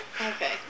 Okay